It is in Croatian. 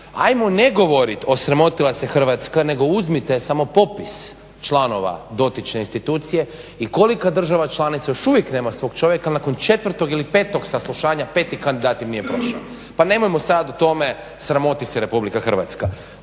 ajmo ne govorit osramotila se Hrvatska nego uzmite samo popis članova dotične institucije i koliko država članica još uvijek nema svog čovjeka nakon 4.ili 5.saslušanja 5.kandidat im nije prošao. Pa nemojmo sada o tome sramoti se RH.